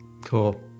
cool